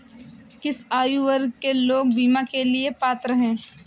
किस आयु वर्ग के लोग बीमा के लिए पात्र हैं?